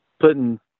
putting